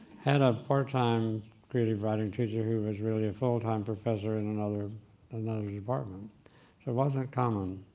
and a part time creative writing teacher who was really a full time professor in another another department. so it wasn't common.